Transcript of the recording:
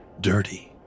dirty